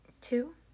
Two